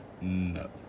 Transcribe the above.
no